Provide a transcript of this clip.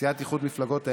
מסיעת איחוד מפלגות הימין,